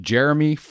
Jeremy